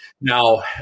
now